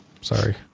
sorry